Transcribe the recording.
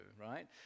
right